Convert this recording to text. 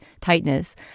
tightness